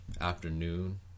afternoon